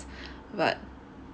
but